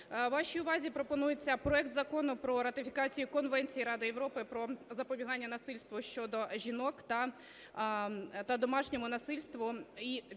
вашій увазі пропонується проект Закону про ратифікацію Конвенції Ради Європи про запобігання насильству щодо жінок та домашньому насильству і